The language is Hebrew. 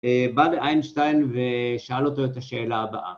בא לאיינשטיין ושאל אותו את השאלה הבאה.